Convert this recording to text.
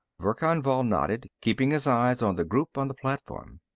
verkan vall nodded, keeping his eyes on the group on the platform.